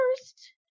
first